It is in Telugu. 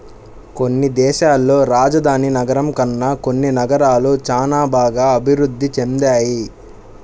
కొన్ని దేశాల్లో రాజధాని నగరం కన్నా కొన్ని నగరాలు చానా బాగా అభిరుద్ధి చెందాయి